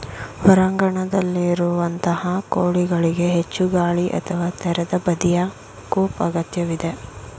ಹೊರಾಂಗಣದಲ್ಲಿರುವಂತಹ ಕೋಳಿಗಳಿಗೆ ಹೆಚ್ಚು ಗಾಳಿ ಅಥವಾ ತೆರೆದ ಬದಿಯ ಕೋಪ್ ಅಗತ್ಯವಿದೆ